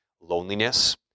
loneliness